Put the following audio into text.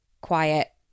quiet